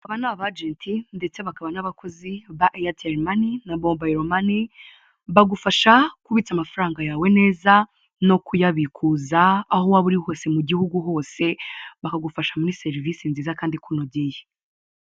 Aba ni abagenti ndetse bakaba n'abakozi ba airtel money na mobile money, bagufasha kubitsa amafaranga yawe neza no kuyabikuza aho waba uri hose mu gihugu hose bakagufasha muri service nziza kandi ikunogeye.